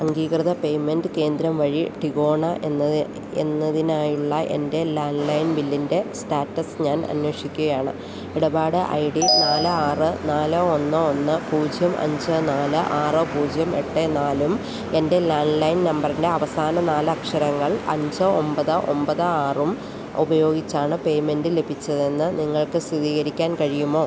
അംഗീകൃത പേയ്മെൻ്റ് കേന്ദ്രം വഴി ടിഗോണ എന്നത് എന്നതിനായുള്ള എൻ്റെ ലാൻ ലൈൻ ബില്ലിൻ്റെ സ്റ്റാറ്റസ് ഞാൻ അന്വേഷിക്കുകയാണ് ഇടപാട് ഐ ഡി നാല് ആറ് നാല് ഒന്ന് ഒന്ന് പൂജ്യം അഞ്ച് നാല് ആറ് പൂജ്യം എട്ട് നാലും എൻ്റെ ലാൻ ലൈൻ നമ്പറിൻ്റെ അവസാന നാല് അക്ഷരങ്ങൾ അഞ്ച് ഒമ്പത് ഒമ്പത് ആറും ഉപയോഗിച്ചാണ് പേയ്മെൻ്റ് ലഭിച്ചതെന്ന് നിങ്ങൾക്ക് സ്ഥിരീകരിക്കാൻ കഴിയുമോ